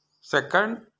Second